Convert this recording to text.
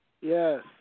Yes